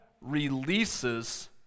releases